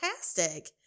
fantastic